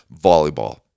Volleyball